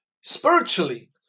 spiritually